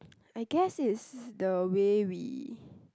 I guess it's the way we